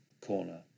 corner